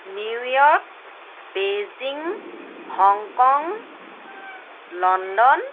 New York Beijing Hong Kong London